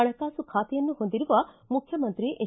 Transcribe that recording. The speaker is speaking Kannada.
ಹಣಕಾಸು ಖಾತೆಯನ್ನೂ ಹೊಂದಿರುವ ಮುಖ್ಚಮಂತ್ರಿ ಎಚ್